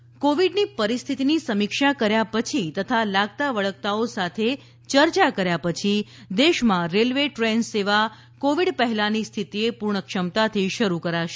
railway Goyal કોવિડની પરિસ્થીતીની સમીક્ષા કર્યા પછી તથા લાગતાવળગતાઓ સાથે યર્ચા કર્યા પછી દેશમાં રેલ્વે ટ્રેનસેવા કોવિડ પહેલાની સ્થિતીએ પૂર્ણ ક્ષમતાથી શરૂ કરાશે